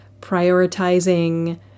prioritizing